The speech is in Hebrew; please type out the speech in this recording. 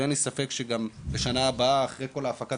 ואין לי ספק שגם בשנה הבאה אחרי כל הפקת